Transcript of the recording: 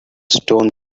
stone